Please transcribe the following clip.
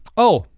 oh,